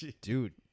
dude